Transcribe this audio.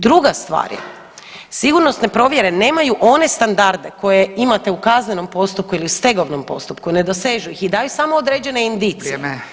Druga stvar je, sigurnosne provjere nemaju one standarde koje imate u kaznenom postupku ili stegovnom postupku, ne dosežu ih i daju samo određene indicije.